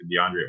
DeAndre